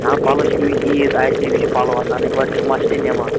ناو پَلو چھِ ییٚمِس عیٖد آسہِ تٔمِس چھِ پَلو آسان اَنٕنۍ گۄڈٕ چھِ مَسٹہِ نیٚماز